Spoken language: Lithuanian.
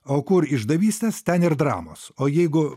o kur išdavystės ten ir dramos o jeigu